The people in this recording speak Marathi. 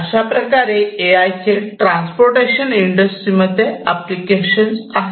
अशाप्रकारे ए आय चे ट्रांसपोर्टेशन इंडस्ट्रीमध्ये ऍप्लिकेशन आहेत